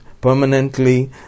permanently